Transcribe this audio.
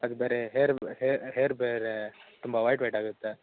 ಅದು ಬೇರೆ hair hair ಬೇರೆ ತುಂಬ ವೈಟ್ ವೈಟ್ ಆಗುತ್ತೆ